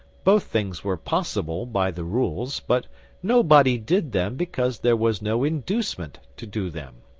both things were possible by the rules, but nobody did them because there was no inducement to do them.